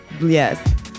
Yes